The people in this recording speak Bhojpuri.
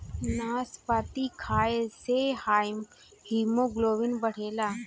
नाशपाती खाए से हिमोग्लोबिन बढ़ेला